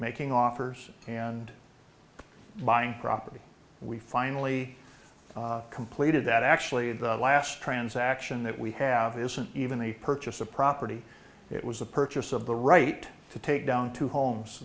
making offers and buying property we finally completed that actually in the last transaction that we have isn't even the purchase of property it was a purchase of the right to take down two homes